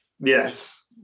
Yes